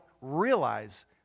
realize